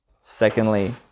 secondly